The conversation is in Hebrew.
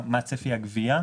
מה צפי הגבייה?